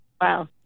wow